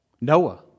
Noah